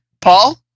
Paul